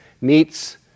meets